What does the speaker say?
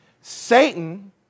Satan